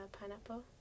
pineapple